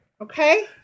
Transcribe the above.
Okay